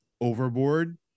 overboard